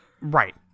Right